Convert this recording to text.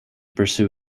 pursue